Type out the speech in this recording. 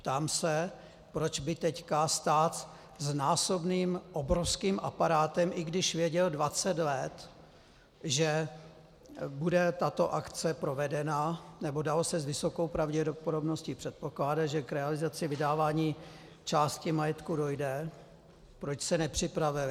Ptám se, proč teď stát s násobným obrovským aparátem, i když věděl dvacet let, že bude tato akce provedena, nebo se dalo s vysokou pravděpodobností předpokládat, že k realizaci vydávání části majetku dojde, proč se nepřipravili.